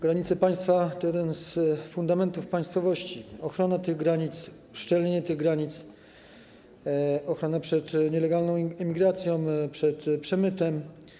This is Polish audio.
Granice państwa to jeden z fundamentów państwowości: ochrona tych granic, ich uszczelnienie, ochrona przed nielegalną imigracją, przed przemytem.